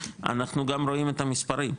אנחנו גם רואים את המספרים,